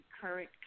current